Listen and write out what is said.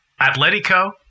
Atletico